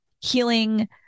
healing